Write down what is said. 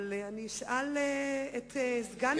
אבל אני אשאל את סגן השר,